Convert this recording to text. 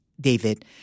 David